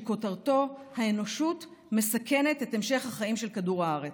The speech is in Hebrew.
שכותרתו: האנושות מסכנת את המשך החיים על כדור הארץ.